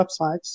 websites